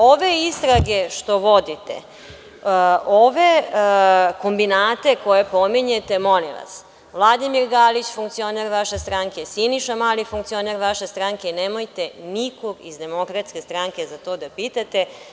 Ove istrage što vodite, ove kombinate koje pominjete, molim vas, Vladimir Galić, funkcioner vaše stranke, Siniša Mali, funkcioner vaše stranke, nemojte nikog iz Demokratske stranke za to pitate.